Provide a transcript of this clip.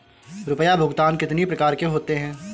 रुपया भुगतान कितनी प्रकार के होते हैं?